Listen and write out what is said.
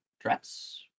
dress